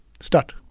start